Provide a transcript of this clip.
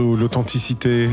l'authenticité